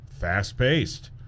fast-paced